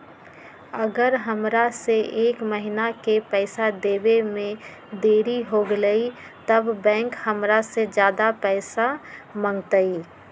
अगर हमरा से एक महीना के पैसा देवे में देरी होगलइ तब बैंक हमरा से ज्यादा पैसा मंगतइ?